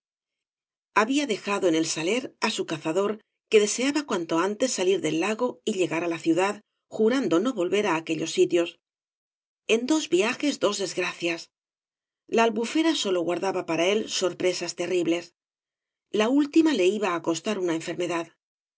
había dejado en el saler á bu cazador que deseaba cuanto antes salir del lago y llegar á la ciudad jurando no volver á aquellos sitios en ciob viajes dos desgracian la albufera sólo guardaba para él sorpresas terribles la última le iba á costar una enfermedad